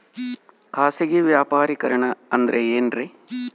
ಖಾಸಗಿ ವ್ಯಾಪಾರಿಕರಣ ಅಂದರೆ ಏನ್ರಿ?